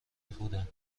بودند